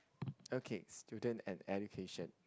okay student and education